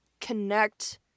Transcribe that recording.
connect